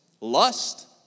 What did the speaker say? lust